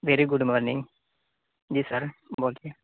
very good morning جی sir بولیے